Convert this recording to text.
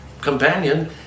companion